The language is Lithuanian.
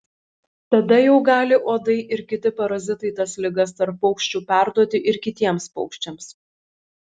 tada jau gali uodai ir kiti parazitai tas ligas tarp paukščių perduoti ir kitiems paukščiams